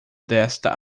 desta